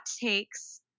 takes